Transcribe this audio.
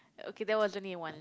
okay that was only one